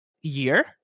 year